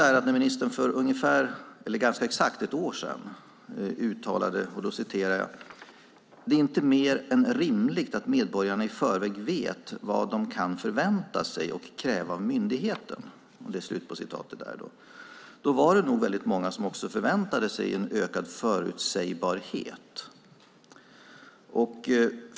När ministern för ganska exakt ett år sedan uttalade "det är inte mer än rimligt att medborgarna i förväg vet vad de kan förvänta sig och kräva av myndigheten" var det nog väldigt många som också förväntade sig en ökad förutsägbarhet.